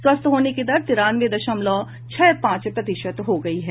स्वस्थ होने की दर तिरानवे दशमलव छह पांच प्रतिशत हो गई है